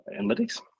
analytics